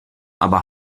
aber